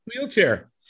wheelchair